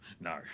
No